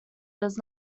does